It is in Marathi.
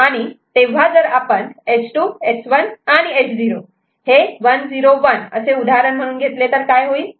तेव्हा जर आपण S2 S1 आणि S0 हे 101 उदाहरण म्हणून घेतले तर काय होईल